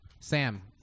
sam